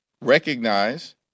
recognize